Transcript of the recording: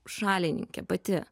šalininkė pati